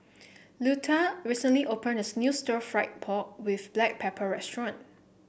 Luetta recently opened as new Stir Fried Pork with Black Pepper restaurant